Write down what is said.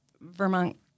Vermont